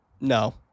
no